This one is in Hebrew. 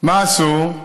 מה עשו?